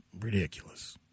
ridiculous